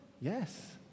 Yes